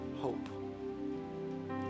hope